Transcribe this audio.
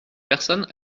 personnes